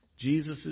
Jesus